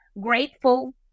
grateful